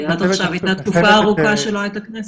עד עכשיו הייתה תקופה ארוכה שלא הייתה כנסת.